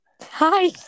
Hi